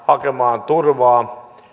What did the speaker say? hakemaan turvaa